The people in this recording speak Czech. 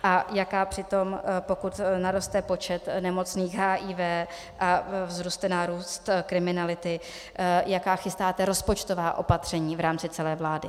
A jaká při tom, pokud naroste počet nemocných HIV a vzroste nárůst kriminality, jaká chystáte rozpočtová opatření v rámci celé vlády?